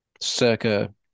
circa